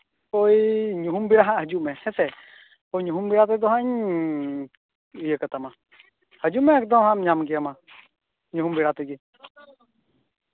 ᱳᱭ ᱧᱩᱦᱩᱢ ᱵᱮᱲᱟ ᱦᱤᱡᱩᱜ ᱢᱮ ᱦᱮᱸ ᱥᱮ ᱧᱩᱦᱩᱢ ᱵᱮᱲᱟ ᱛᱮᱫᱚᱧ ᱤᱭᱟᱹ ᱠᱟᱛᱟᱢᱟ ᱦᱤᱡᱩᱜ ᱢᱮ ᱧᱟᱢ ᱜᱮᱭᱟ ᱦᱟᱜ ᱜᱟᱯᱟ ᱛᱮᱜᱮ